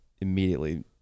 immediately